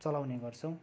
चलाउने गर्छौँ